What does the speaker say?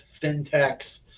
fintechs